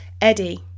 Eddie